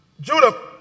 Judah